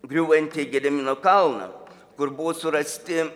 griūvantį gedimino kalną kur buvo surasti